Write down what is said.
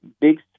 big